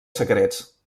secrets